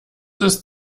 ist